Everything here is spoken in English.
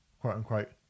quote-unquote